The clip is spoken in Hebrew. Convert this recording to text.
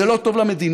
זה לא טוב למדינה,